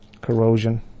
corrosion